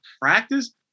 practice